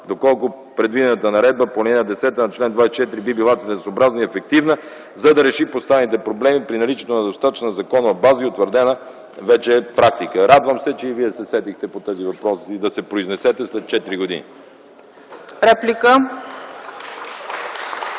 доколко предвидената наредба по ал. 10 на чл. 24 би била целесъобразна и ефективна, за да реши поставените проблеми при наличието на достатъчна законова база и утвърдена вече практика. Радвам се, че и Вие се сетихте да се произнесете по тези